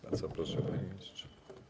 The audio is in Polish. Bardzo proszę, panie ministrze.